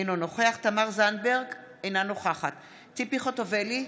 אינו נוכח תמר זנדברג, אינה נוכחת ציפי חוטובלי,